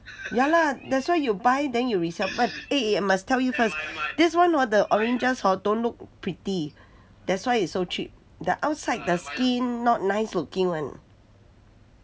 ya lah that's why you buy then you resell but eh must tell you first this one orh the oranges hor don't look pretty that's why is so cheap the outside the skin not nice looking [one]